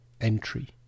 entry